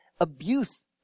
abuse